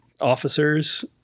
officers